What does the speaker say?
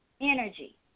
energy